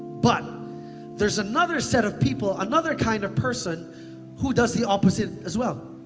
but there's another set of people, another kind of person who does the opposite as well.